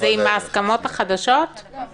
להארכת התוקף של תקש"ח (אכיפה)